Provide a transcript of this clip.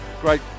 Great